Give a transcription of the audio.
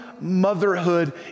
motherhood